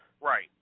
Right